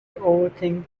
overthink